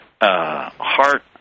heart